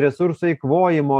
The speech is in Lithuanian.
resursų eikvojimo